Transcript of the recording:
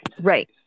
right